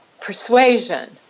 persuasion